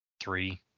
Three